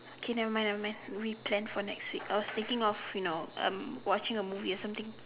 okay never mind never mind we plan for next week I was thinking of you know um watching a movie or something